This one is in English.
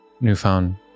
newfound